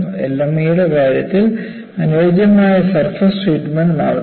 LMEയുടെ കാര്യത്തിൽ അനുയോജ്യമായ surface treatment നടത്തുക